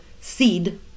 seed